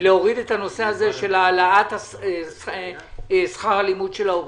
להוריד את הנושא הזה של העלאת שכר הלימוד של ההורים.